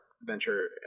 venture